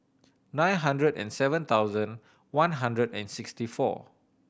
nine hundred and seven thousand one hundred and sixty four